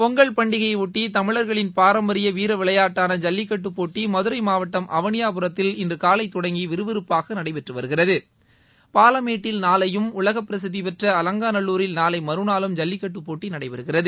பொங்கல் பண்டிகையைபொட்டி தமிழர்களின் பாரம்பரிய வீர விளையாட்டான ஜல்லிக்கட்டு போட்டி மதுரை மாவட்டம் அவனியாபுரத்தில் இன்றுகாலை தொடங்கி விறுவிறப்பாக நடைபெற்று வருகிறது பாலமேட்டில் நாளையும் உலக பிரசித்திபெற்ற அலங்காநல்லூரில் நாளை மறுநாளும் ஜல்லிக்கட்டுப் போட்டி நடைபெறுகிறது